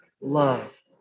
love